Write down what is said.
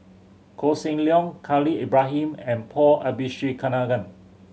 Koh Seng Leong Khalil Ibrahim and Paul Abisheganaden